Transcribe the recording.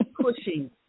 pushing